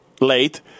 late